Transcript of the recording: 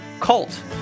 cult